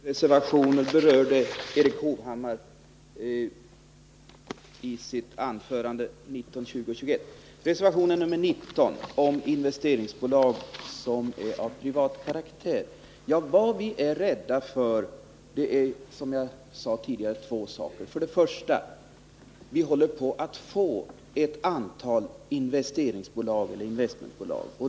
Fru talman! Erik Hovhammar berörde i sitt anförande tre av de reservationer som avgivits till utskottsbetänkandet. Reservation nr 18 handlar om investeringsbolag på privat basis. Vad vi är rädda för i det avseendet är, som jag sade tidigare, två saker. För det första finns det en risk för att det blir för många investeringsbolag.